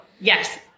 Yes